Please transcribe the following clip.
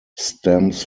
stems